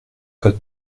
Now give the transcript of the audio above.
code